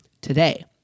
today